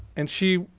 and she,